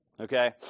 Okay